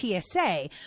TSA